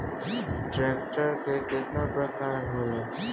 Tractor के केतना प्रकार होला?